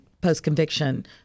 post-conviction